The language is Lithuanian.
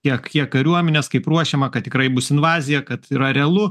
tiek kiek kariuomenės kaip ruošiama kad tikrai bus invazija kad yra realu